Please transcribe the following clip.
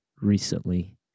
recently